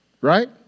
Right